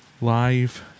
Live